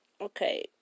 okay